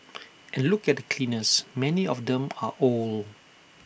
and look at the cleaners many of them are old